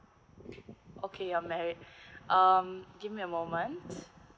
okay you're married um give me a moment